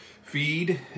feed